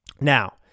Now